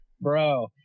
bro